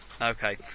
Okay